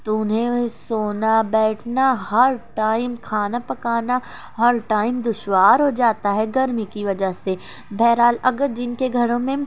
تو انہیں سونا بیٹھنا ہر ٹائم کھانا پکانا ہر ٹائم دشوار ہوجاتا ہے گرمی کی وجہ سے بہرحال اگر جن کے گھروں میں